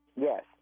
Yes